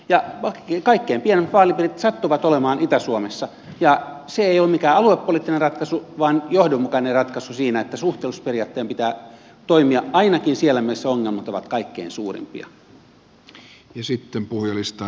ja kaikkein pienimmät vaalipiirit sattuvat olemaan itä suomessa ja se ei ole mikään aluepoliittinen ratkaisu vaan johdonmukainen ratkaisu siinä että suhteellisuusperiaatteen pitää toimia ainakin siellä missä ongelmat ovat kaikkein suurimpia